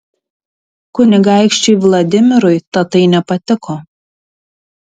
kunigaikščiui vladimirui tatai nepatiko